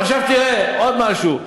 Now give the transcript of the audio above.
עכשיו תראה עוד משהו.